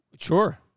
Sure